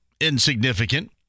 insignificant